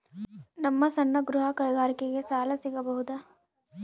ನಮ್ಮ ಸಣ್ಣ ಗೃಹ ಕೈಗಾರಿಕೆಗೆ ಸಾಲ ಸಿಗಬಹುದಾ?